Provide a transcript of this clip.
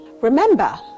remember